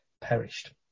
perished